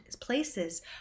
places